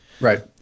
Right